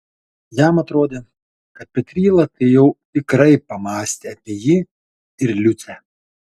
jam atrodė kad petryla tai jau tikrai pamąstė apie jį ir liucę